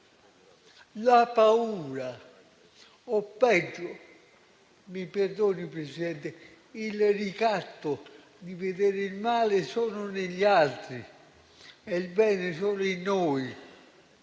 La paura o, peggio, il ricatto di vedere il male solo negli altri e il bene solo in noi